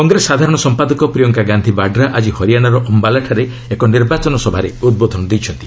କଂଗ୍ରେସ ସାଧାରଣ ସମ୍ପାଦକ ପ୍ରିୟଙ୍କା ଗାନ୍ଧି ବାଡ୍ରା ଆଜି ହରିଆଣାର ଅୟାଲାଠାରେ ଏକ ନିର୍ବାଚନ ସଭାରେ ଉଦ୍ବୋଧନ ଦେଇଛନ୍ତି